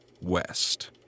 west